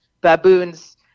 baboons